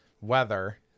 weather